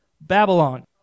Babylon